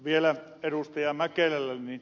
vielä ed